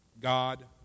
God